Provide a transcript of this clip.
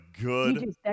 good